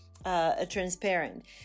Transparent